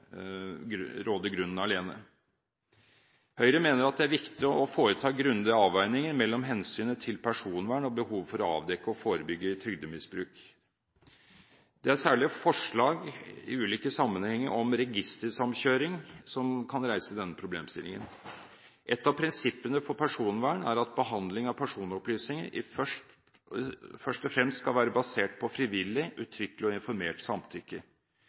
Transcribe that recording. grunnen alene. Høyre mener det er viktig å foreta grundige avveininger mellom hensynet til personvern og behovet for å avdekke og forebygge trygdemisbruk. Det er særlig forslag i ulike sammenhenger om registersamkjøring som kan reise denne problemstillingen. Et av prinsippene for personvern er at behandling av personopplysninger først og fremst skal være basert på frivillig, uttrykkelig og informert samtykke.